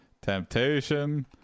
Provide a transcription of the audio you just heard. temptation